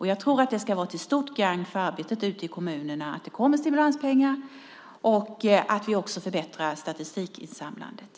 Jag tror att det ska vara till stort gagn för arbetet ute i kommunerna att det kommer stimulanspengar och att vi också förbättrar statistikinsamlandet.